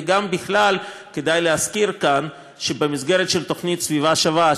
וגם בכלל כדאי להזכיר כאן שבמסגרת תוכנית "סביבה שווה",